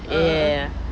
ya ya ya